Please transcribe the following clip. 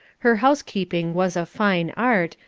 her housekeeping was a fine art,